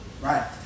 Right